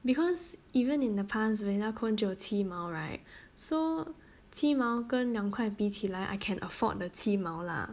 because even in the past vanilla cone 只有七毛 right so 七毛跟两块比起来 I can afford the 七毛 lah